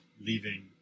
leaving